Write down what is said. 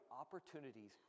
opportunities